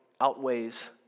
outweighs